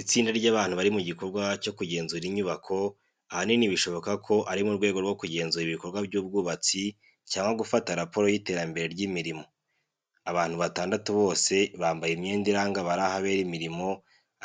Itsinda ry’abantu bari mu gikorwa cyo kugenzura inyubako, ahanini bishoboka ko ari mu rwego rwo kugenzura ibikorwa by’ubwubatsi cyangwa gufata raporo y’iterambere ry’imirimo. Abantu batandatu bose bambaye imyenda iranga abari ahabera imirimo